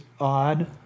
odd